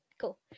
cool